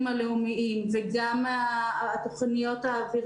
לאור הנתונים החדשים לגבי מוקדי התפרצות בחברה הערבית ולאור